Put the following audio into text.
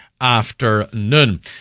afternoon